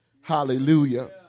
Hallelujah